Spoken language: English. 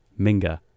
Minga